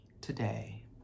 today